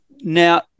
Now